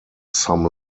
some